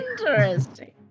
Interesting